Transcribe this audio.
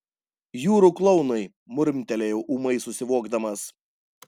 jūrų klounai murmtelėjau ūmai susivokdamas